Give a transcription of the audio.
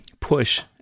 push